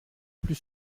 plus